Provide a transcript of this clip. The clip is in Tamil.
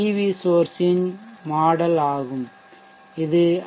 வி சோர்ஷ் ன் மாடல்ஆகும் இது ஐ